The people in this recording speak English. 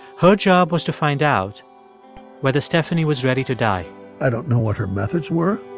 her job was to find out whether stephanie was ready to die i don't know what her methods were,